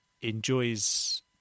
enjoys